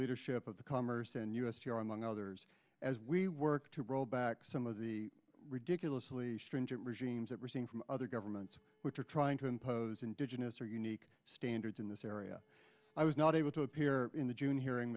leadership of the com or send us your among others as we work to roll back some of the ridiculously stringent regimes that we're seeing from other governments which are trying to impose indigenous or unique standards in this area i was not able to appear in the june hearing